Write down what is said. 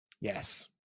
Yes